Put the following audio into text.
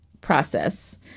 process